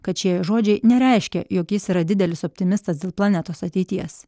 kad šie žodžiai nereiškia jog jis yra didelis optimistas dėl planetos ateities